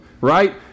right